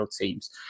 Teams